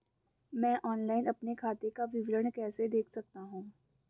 मैं ऑनलाइन अपने खाते का विवरण कैसे देख सकता हूँ?